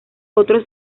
otros